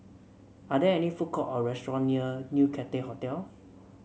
are there any food court or restaurant near New Cathay Hotel